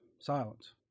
Silence